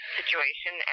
situation